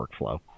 workflow